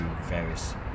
various